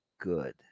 good